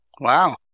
wow